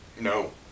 No